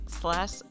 slash